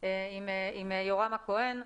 עם יורם הכהן.